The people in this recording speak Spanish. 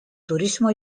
turismo